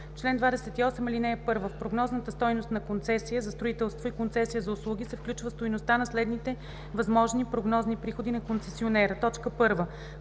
„Чл. 28. (1) В прогнозната стойност на концесия за строителство и концесия за услуги се включва стойността на следните възможни прогнозни приходи на концесионера: 1.